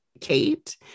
Kate